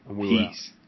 Peace